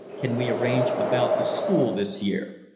can we arrange about the school this year.